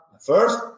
first